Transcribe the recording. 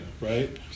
right